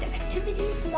activities